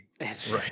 Right